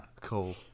Cool